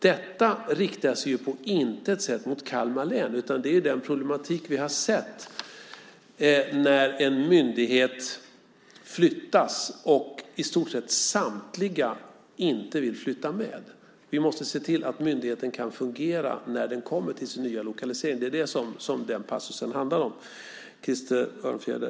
Detta riktar sig på intet sätt mot Kalmar län, utan det är den problematik vi har sett när en myndighet flyttas och i stort sett samtliga inte vill flytta med. Vi måste se till att myndigheten kan fungera när den kommer till sin nya lokalisering. Det är det som den passusen handlar om, Krister Örnfjäder.